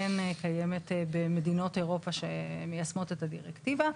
כן קיימת במדינות אירופה שמיישמות את הדירקטיבה,